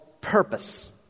purpose